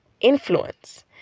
influence